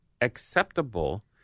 acceptable